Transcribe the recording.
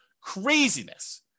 Craziness